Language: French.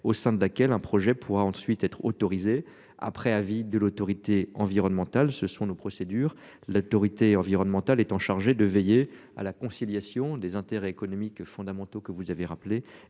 au sein de laquelle un projet pourra ensuite être autorisées après avis de l'Autorité environnementale, ce sont nos procédures l'autorité environnementale étant chargée de veiller à la conciliation des intérêts économiques fondamentaux que vous avez rappelé